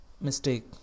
mistake